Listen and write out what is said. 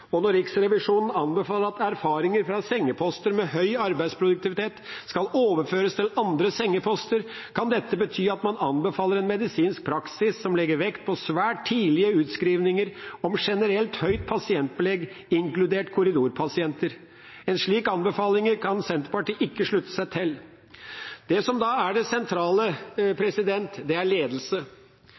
Og når Riksrevisjonen anbefaler at erfaringer fra sengeposter med høy arbeidsproduktivitet skal overføres til andre sengeposter, kan dette bety at man anbefaler en medisinsk praksis som legger vekt på svært tidlige utskrivninger og generelt høyt pasientbelegg, inkludert korridorpasienter. En slik anbefaling kan Senterpartiet ikke slutte seg til. Det som da er det sentrale, er ledelse. Senterpartiet slutter seg til at god ledelse,